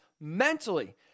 mentally